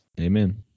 Amen